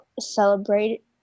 celebrate